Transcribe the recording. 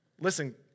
Listen